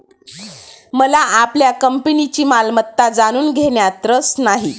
मला आपल्या कंपनीची मालमत्ता जाणून घेण्यात रस नाही